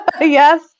Yes